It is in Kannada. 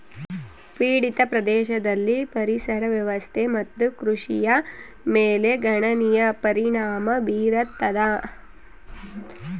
ಪೀಡಿತ ಪ್ರದೇಶದಲ್ಲಿ ಪರಿಸರ ವ್ಯವಸ್ಥೆ ಮತ್ತು ಕೃಷಿಯ ಮೇಲೆ ಗಣನೀಯ ಪರಿಣಾಮ ಬೀರತದ